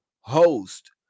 host